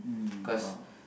mm !wow!